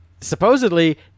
supposedly